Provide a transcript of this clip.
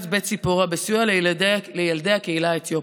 בית ציפורה בסיוע לילדי הקהילה האתיופית.